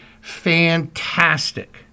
fantastic